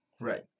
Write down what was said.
Right